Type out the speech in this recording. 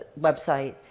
website